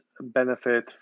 benefit